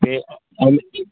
بیٚیہِ اَمہِ